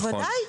בוודאי.